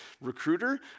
Recruiter